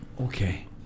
okay